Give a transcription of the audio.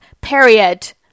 period